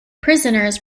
prisoners